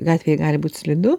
gatvėj gali būt slidu